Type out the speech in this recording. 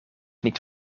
niet